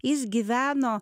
jis gyveno